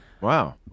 Wow